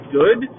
good